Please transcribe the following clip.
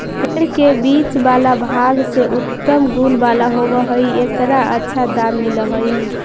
पेड़ के बीच वाला भाग जे उत्तम गुण वाला होवऽ हई, एकर अच्छा दाम मिलऽ हई